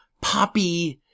poppy